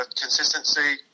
consistency